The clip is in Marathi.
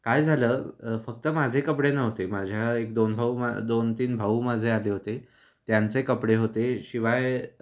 काय झालं फक्त माझे कपडे नव्हते माझ्या एक दोन भाऊ मा दोन तीन भाऊ माझे आले होते त्यांचे कपडे होते शिवाय